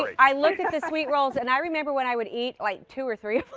i looked at the sweet rolls. and i remember when i would eat like two or three of